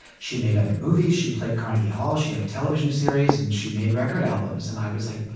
she made other movies. she played carnegie hall. she had a television series and she made record albums. and i was like,